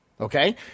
okay